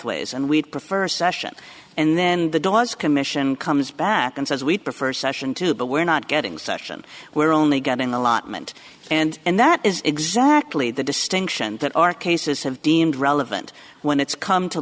pathways and we'd prefer session and then the dawes commission comes back and says we prefer session two but we're not getting session we're only getting allotment and and that is exactly the distinction that our cases have deemed relevant when it's come to